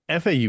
FAU